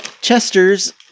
Chester's